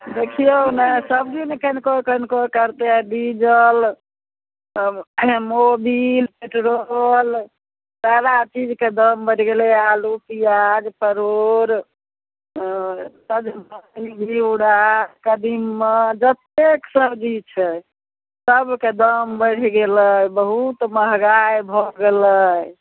देखियौ ने सबजीमे कनिको कनिको कनिको करि के डीजल तब मोबिल पेट्रोल सारा चीजके दाम बढ़ि गेलै आलु पिआज परोड़ सजमनि घिउरा कदीमा जत्तेक सब्जी छै सबके दाम बढ़ि गेलै बहुत महगाइ भऽ गेलै